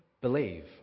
Believe